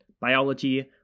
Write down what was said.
Biology